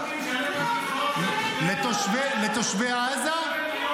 ביטוח לאומי משלם להם קצבאות, לתושבי עזה.